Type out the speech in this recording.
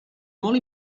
molt